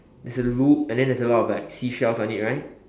there's a loop and then there's a lot of like seashells on it right